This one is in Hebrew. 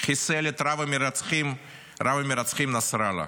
חיסל את רב-המרצחים נסראללה.